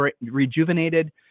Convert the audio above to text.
rejuvenated